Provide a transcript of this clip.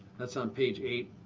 that's on page eight.